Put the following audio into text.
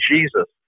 Jesus